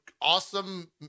awesome